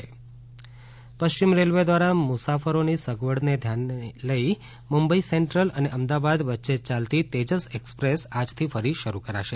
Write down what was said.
Tejas train પશ્ચિમ railway દ્વારા મુસાફરોની સગવડને ધ્યાને લઇ મુંબઇ સેન્ટ્રલ અને અમદાવાદ વચ્ચે ચાલતી તેજસ એક્સપ્રેસ આજથી ફરીથી શરૂ કરાશે